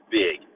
big